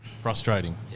frustrating